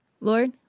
Lord